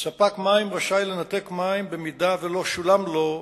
ספק מים רשאי לנתק מים אם לא שולם לו.